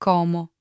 Como